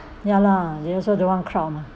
ya lah they also don't want crowd mah